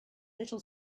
little